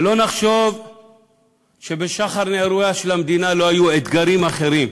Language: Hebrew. ושלא נחשוב שבשחר נעוריה של המדינה לא היו אתגרים אחרים,